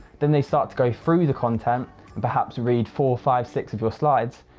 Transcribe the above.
then they start to go through the content and perhaps read four or five, six of your slides.